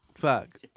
Fuck